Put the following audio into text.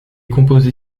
composé